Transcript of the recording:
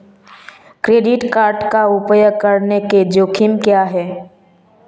Credit card का उपयोग करने के जोखिम क्या हैं?